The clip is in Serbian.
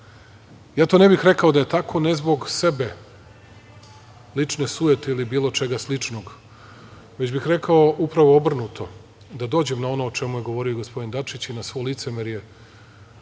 to ne bih rekao da je tako, ne zbog sebe, lične sujete ili bilo čega sličnog, već bih rekao upravo obrnuto - da dođem na ono o čemu je govorio gospodin Dačić i na svo licemerje